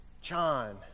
John